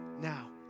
now